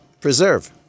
Preserve